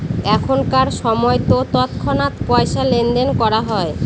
এখনকার সময়তো তৎক্ষণাৎ পয়সা লেনদেন করা হয়